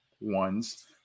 ones